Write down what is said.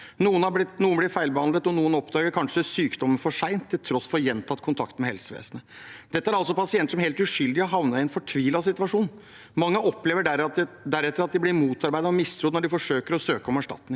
Noen blir feilbehandlet, og noen oppdager kanskje sykdommen for sent, til tross for gjentatt kontakt med helsevesenet. Dette er altså pasienter som helt uskyldig har havnet i en fortvilet situasjon. Mange opplever deretter at de blir motarbeidet og mistrodd når de forsøker å søke om erstatning.